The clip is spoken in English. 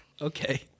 okay